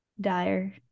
dire